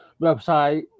website